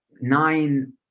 nine